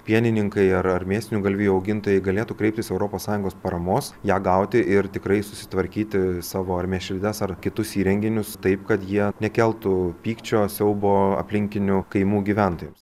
pienininkai ar ar mėsinių galvijų augintojai galėtų kreiptis europos sąjungos paramos ją gauti ir tikrai susitvarkyti savo ar mėšlides ar kitus įrenginius taip kad jie nekeltų pykčio siaubo aplinkinių kaimų gyventojams